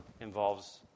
involves